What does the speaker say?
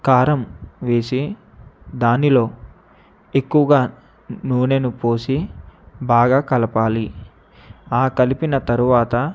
కారం వేసి దానిలో ఎక్కువగా నూనెను పోసి బాగా కలపాలి ఆ కలిపిన తరువాత